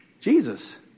Jesus